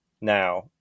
now